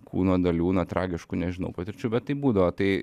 kūno dalių na tragiškų nežinau patirčių bet tai būdavo tai